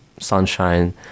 sunshine